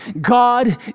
God